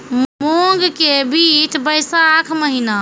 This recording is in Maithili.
मूंग के बीज बैशाख महीना